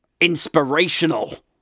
inspirational